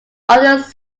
others